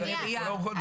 נריה,